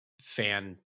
fan